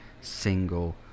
single